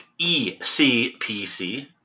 ECPC